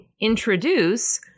introduce